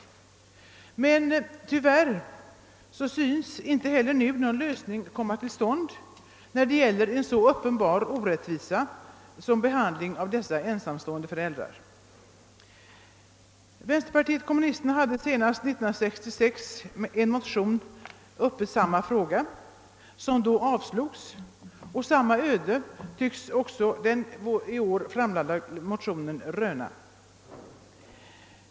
Men tyvärr synes inte heller nu någon lösning kunna komma till stånd när det gäller en så uppenbart orättvis behandling av dessa ensamstående föräldrar. Vänsterpartiet kommunisterna tog senast år 1966 upp samma fråga i en motion, som då avslogs. Detta öde tycks också den i år framlagda motionen få röna.